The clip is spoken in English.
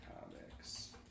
comics